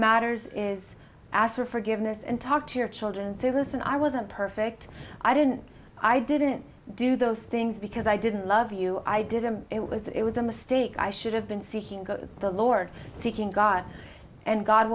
matters is ask for forgiveness and talk to your children and say listen i wasn't perfect i didn't i didn't do those things because i didn't love you i did and it was it was a mistake i should have been seeking go to the lord seeking god and god